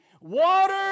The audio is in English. water